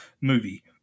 movie